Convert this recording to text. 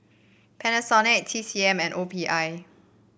Panasonic T C M and O P I